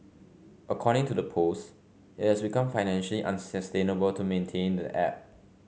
according to the post it has become financially unsustainable to maintain the app